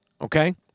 Okay